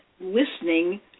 listening